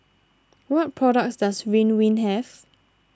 what products does Ridwind have